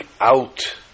out